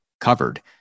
covered